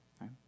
right